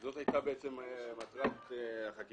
זו הייתה בעצם מטרת החקיקה,